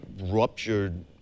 ruptured